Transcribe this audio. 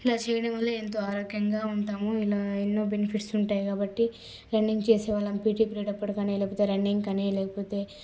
ఇలా చేయడం వల్ల ఎంతో ఆరోగ్యంగా ఉంటాము ఇలా ఎన్నో బెనిఫిట్స్ ఉంటాయి కాబట్టి రన్నింగ్ చేసేవాళ్ళం పీటీ పీరియడ్ అప్పుడు కానీ లేకపోతే రన్నింగ్ కానీ లేకపోతే